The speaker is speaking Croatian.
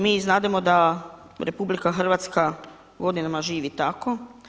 Mi znademo da RH godinama živi tako.